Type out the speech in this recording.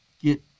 get